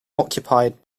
occupied